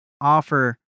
offer